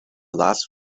last